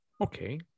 Okay